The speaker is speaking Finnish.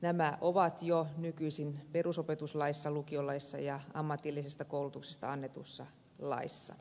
tämä on jo nykyisin perusopetuslaissa lukiolaissa ja ammatillisesta koulutuksesta annetussa laissa